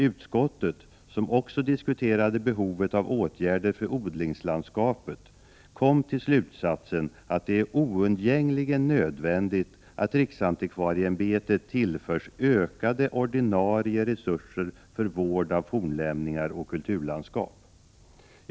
Utskottet — som också diskuterade behovet av åtgärder för odlingslandskapet — kom till slutsatsen att det är oundgängligen nödvändigt att RAÄ tillförs ökade ordinarie resurser för vård av fornlämningar och kulturlandskap.